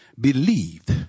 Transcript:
believed